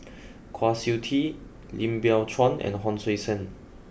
Kwa Siew Tee Lim Biow Chuan and Hon Sui Sen